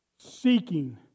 seeking